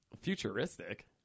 Futuristic